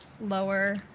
lower